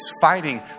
fighting